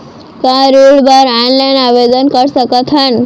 का ऋण बर ऑनलाइन आवेदन कर सकथन?